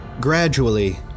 Gradually